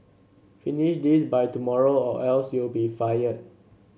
finish this by tomorrow or else you'll be fired